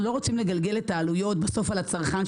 לגלגל את העלויות בסוף על הצרכן,